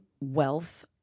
wealth